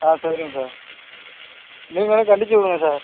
ஆ சரிங்க சார் நீங்களும் கண்டித்து விடுங்க சார்